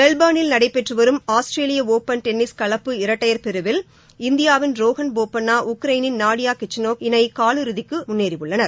மெல்போர்னில் நடைபெற்று வரும் ஆஸ்திரேலிய ஒபன் டென்னிஸ் கலப்பு இரட்டையர் பிரிவில் இந்தியாவின் ரோஹன் போபண்ணா உக்ரைனின் நாடியா கிச்சநோக் இணை காலிறுதிக்கு முன்னேறியுள்ளது